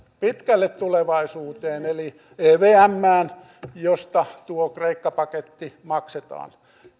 pitkälle tulevaisuuteen eli evmään josta tuo kreikka paketti maksetaan